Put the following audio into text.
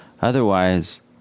Otherwise